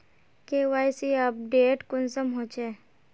KYC update कुंसम होचे?